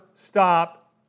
Stop